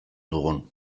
dugun